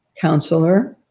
counselor